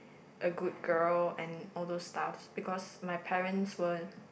a good girl and all those stuffs because my parents were